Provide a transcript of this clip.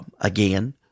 Again